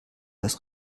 das